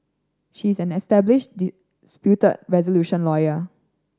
she's an established disputed resolution lawyer